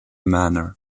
manor